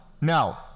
Now